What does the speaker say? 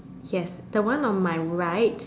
yes the one on my right